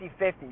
50-50